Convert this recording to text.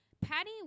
Patty